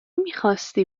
میخواستی